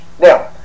Now